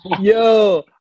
yo